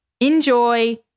Enjoy